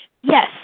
Yes